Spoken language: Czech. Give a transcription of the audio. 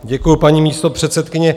Děkuji, paní místopředsedkyně.